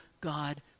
God